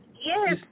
Yes